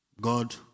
God